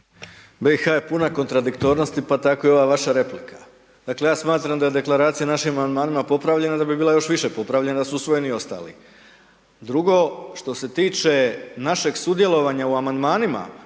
BiH je puna kontradiktornosti, pa tako i ova vaša replika. Dakle, ja smatram da je Deklaracija našim amandmanima popravljena, da bi bila još više popravljena da su usvojeni ostali. Drugo, što se tiče našeg sudjelovanja u amandmanima,